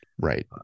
Right